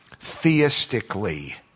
theistically